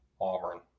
Auburn